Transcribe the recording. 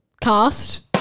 cast